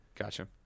Gotcha